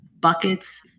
buckets